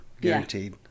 guaranteed